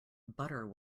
butter